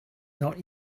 not